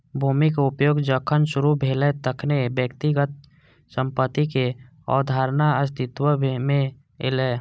भूमिक उपयोग जखन शुरू भेलै, तखने व्यक्तिगत संपत्तिक अवधारणा अस्तित्व मे एलै